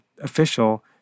official